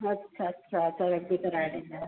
अच्छा अच्छा तरक़ी ॾाढी आहे